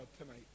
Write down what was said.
tonight